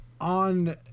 on